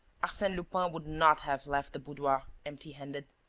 arsene lupin would not have left the boudoir empty-handed.